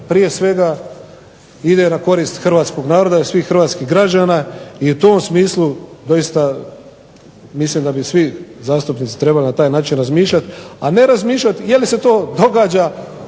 prije svega ide na korist hrvatskog naroda i građana i u tom smislu doista mislim da bi svi zastupnici trebali na taj način razmišljati. A ne razmišljati jeli se to događa